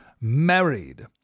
married